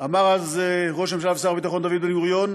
אמר אז ראש הממשלה ושר הביטחון דוד בן-גוריון,